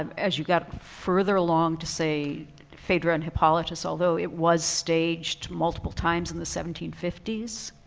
um as you got further along to say phaedra and hippolytus although it was staged multiple times in the seventeen fifty s.